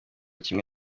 kimwe